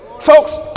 Folks